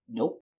nope